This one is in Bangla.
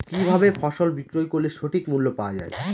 কি ভাবে ফসল বিক্রয় করলে সঠিক মূল্য পাওয়া য়ায়?